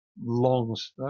longs